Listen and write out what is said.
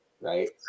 right